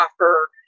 offer